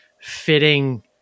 fitting